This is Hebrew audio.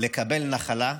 לקבל נחלה,